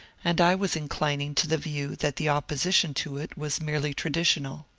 and i was inclining to the view that the opposition to it was merely traditional.